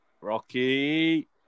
Rocky